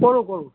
কৰোঁ কৰোঁ